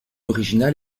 originale